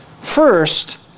First